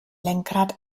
lenkrad